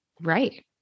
Right